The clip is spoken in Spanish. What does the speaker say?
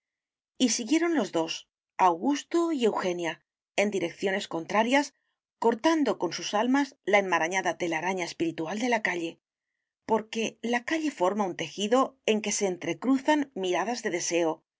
y siguieron los dos augusto y eugenia en direcciones contrarias cortando con sus almas la enmarañada telaraña espiritual de la calle porque la calle forma un tejido en que se entrecruzan miradas de deseo de